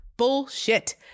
bullshit